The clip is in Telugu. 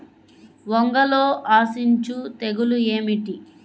వంగలో ఆశించు తెగులు ఏమిటి?